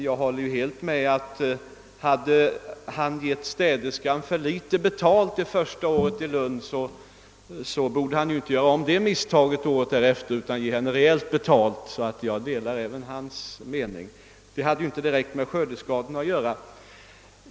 Jag håller helt med om att hade hans sagesman givit städerskan för litet betalt det första året i Landskrona, borde han inte göra om det misstaget året därefter utan ge henne rejäl ersättning. Jag delar alltså hans mening i den frågan, men den har ju inte direkt med skördeskadorna att göra.